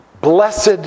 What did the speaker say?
Blessed